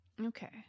okay